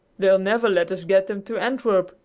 they'll never let us get them to antwerp,